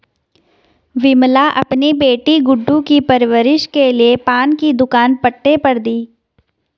विमला अपनी बेटी गुड्डू की परवरिश के लिए पान की दुकान पट्टे पर दी